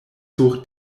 sur